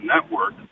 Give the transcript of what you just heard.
network